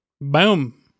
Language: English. Boom